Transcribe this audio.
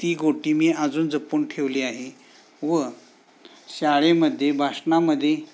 ती गोटी मी अजून जपून ठेवली आहे व शाळेमध्ये भाषणामध्ये